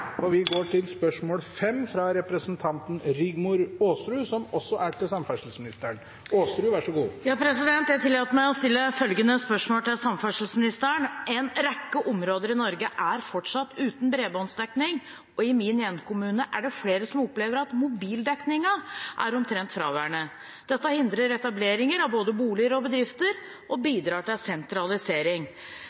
Og da vet vi at Widerøe ville levere flere tjenester, for de er opptatt av å tjene penger og ha passasjerer. Jeg tillater meg å stille følgende spørsmål til samferdselsministeren: «En rekke områder i Norge er fortsatt uten bredbåndsdekning, og i min hjemkommune er det flere som opplever at mobildekningen er omtrent fraværende. Dette hindrer etablering av både boliger og bedrifter og bidrar til sentralisering.